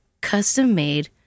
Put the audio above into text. custom-made